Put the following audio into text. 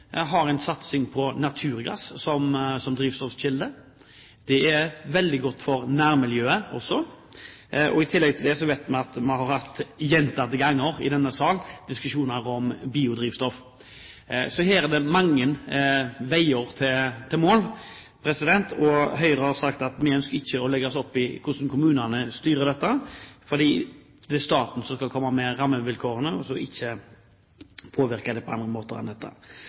vi at mange kommuner, også Oslo, har en satsing på naturgass som drivstoffkilde. Det er veldig godt for nærmiljøet også. I tillegg til det vet vi at vi gjentatte ganger i denne sal har hatt diskusjoner om biodrivstoff. Så her er det mange veier til mål. Høyre har sagt at vi ikke ønsker å legge oss opp i hvordan kommunene styrer dette – det er staten som skal komme med rammevilkårene – og ikke påvirke det på andre måter enn dette.